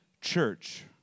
Church